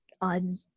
on